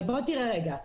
אבל בוא ותראה רגע.